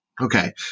Okay